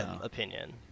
opinion